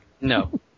No